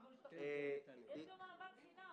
יש גם אהבת חינם.